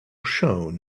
shone